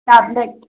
tablet